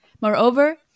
Moreover